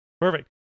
Perfect